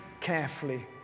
carefully